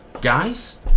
Guys